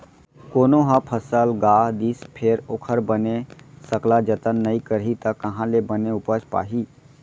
कोनो ह फसल गा दिस फेर ओखर बने सकला जतन नइ करही त काँहा ले बने उपज पाही